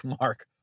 mark